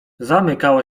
zamykała